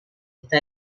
está